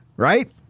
Right